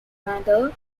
mother